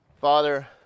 Father